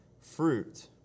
fruit